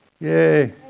Yay